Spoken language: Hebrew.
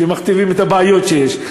שמכתיבים את הבעיות שיש.